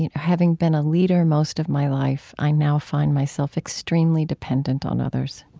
you know having been a leader most of my life, i now find myself extremely dependent on others.